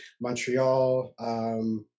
Montreal